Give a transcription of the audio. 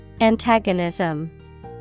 Antagonism